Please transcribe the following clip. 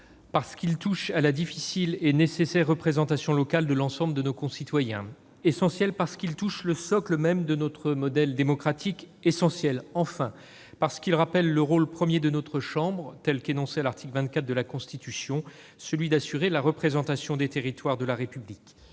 parce qu'il traite de la difficile et nécessaire représentation locale de l'ensemble de nos concitoyens. Essentiel, parce qu'il touche le socle même de notre modèle démocratique. Essentiel, enfin, parce qu'il rappelle le rôle premier de notre chambre, tel qu'énoncé à l'article 24 de la Constitution française : celui d'assurer la représentation des territoires de la République.